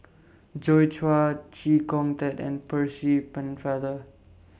Joi Chua Chee Kong Tet and Percy Pennefather